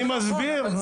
אני מסביר.